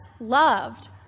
loved